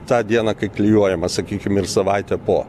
tą dieną kai klijuojama sakykim ir savaitę po